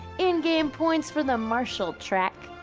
endgame points for the marshal track,